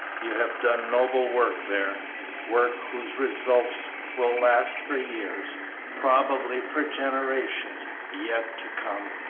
you have done noble work there work whose results will last for years probably for generations yet to come!